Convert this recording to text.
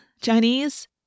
Chinese